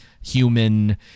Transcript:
human